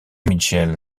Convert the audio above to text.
mitchell